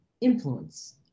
influence